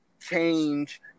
change